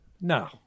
no